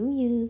như